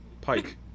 Pike